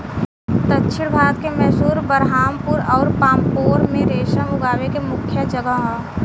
दक्षिण भारत के मैसूर, बरहामपुर अउर पांपोर में रेशम उगावे के मुख्या जगह ह